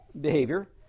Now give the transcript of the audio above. behavior